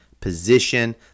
position